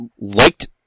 liked